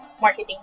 marketing